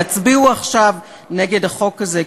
והצביעו עכשיו נגד החוק הזה,